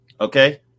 Okay